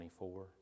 24